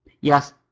Yes